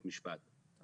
אבל,